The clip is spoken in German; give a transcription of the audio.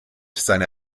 seine